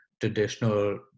traditional